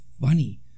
funny